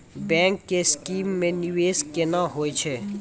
Bank के scheme मे निवेश केना होय छै?